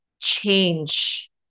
change